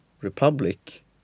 republic